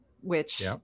which-